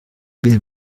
will